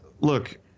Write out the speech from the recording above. look